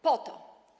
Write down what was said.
Po to.